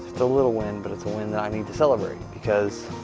a little win, but it's a win that i need to celebrate because